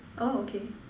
oh okay